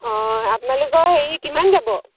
অঁ আপোনালোকৰ হেৰি কিমান যাব